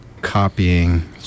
copying